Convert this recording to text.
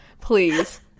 Please